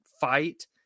fight